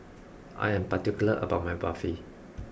I am particular about my Barfi